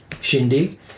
shindig